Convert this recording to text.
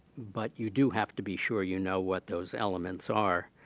but you do have to be sure you know what those elements are.